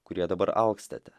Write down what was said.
kurie dabar alkstate